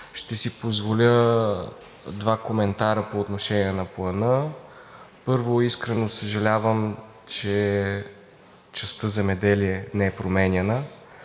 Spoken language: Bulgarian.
Ще си позволя два коментара по отношение на Плана. Първо, искрено съжалявам, че частта „Земеделие“ не е променяна,